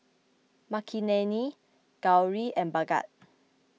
Makineni Gauri and Bhagat